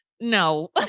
no